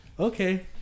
okay